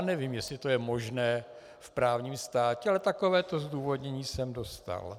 Nevím, jestli je to možné v právním státě, ale takové to zdůvodnění jsem dostal.